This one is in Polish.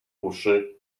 duszy